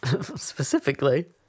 Specifically